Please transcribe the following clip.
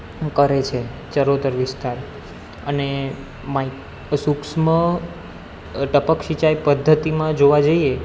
કરે છે ચરોતર વિસ્તાર અને એમાંય સૂક્ષ્મ ટપક સિંચાઈ પદ્ધતિમાં જોવા જઈએ